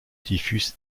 typhus